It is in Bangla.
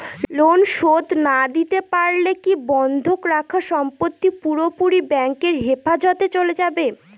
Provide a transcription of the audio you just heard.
লোন শোধ না দিতে পারলে কি বন্ধক রাখা সম্পত্তি পুরোপুরি ব্যাংকের হেফাজতে চলে যাবে?